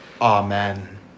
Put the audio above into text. amen